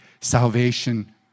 salvation